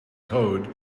code